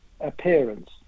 appearance